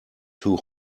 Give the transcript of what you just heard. too